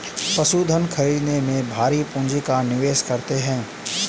पशुधन खरीदने में भारी पूँजी का निवेश करते हैं